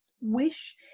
wish